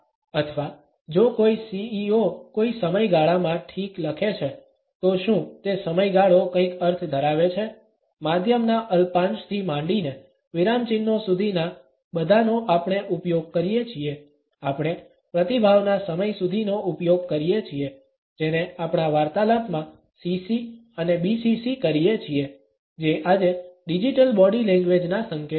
અથવા જો કોઈ CEO કોઈ સમયગાળામા ઠીક લખે છે તો શું તે સમયગાળો કંઈક અર્થ ધરાવે છે માધ્યમના અલ્પાંશથી માંડીને વિરામચિહ્નો સુધીના બધાનો આપણે ઉપયોગ કરીએ છીએ આપણે પ્રતિભાવના સમય સુધીનો ઉપયોગ કરીએ છીએ જેને આપણા વાર્તાલાપમાં CC અને BCC કરીએ છીએ જે આજે ડિજિટલ બોડી લેંગ્વેજના સંકેતો છે